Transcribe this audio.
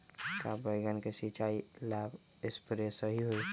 का बैगन के सिचाई ला सप्रे सही होई?